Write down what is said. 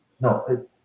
no